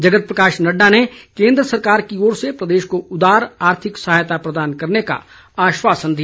जगत प्रकाश नड्डा ने केन्द्र सरकार की ओर से प्रदेश को उदार आर्थिक सहायता प्रदान करने का आश्वासन दिया